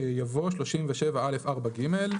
יבוא "37א4ג"."